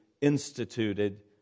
instituted